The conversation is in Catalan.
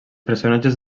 personatges